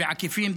בעקיפין,